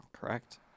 Correct